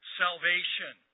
salvation